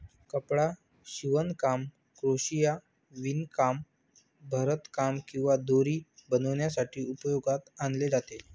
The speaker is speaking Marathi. कपडा शिवणकाम, क्रोशिया, विणकाम, भरतकाम किंवा दोरी बनवण्यासाठी उपयोगात आणले जाते